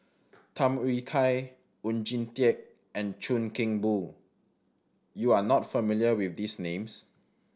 Tham Yui Kai Oon Jin Teik and Chuan Keng Boon you are not familiar with these names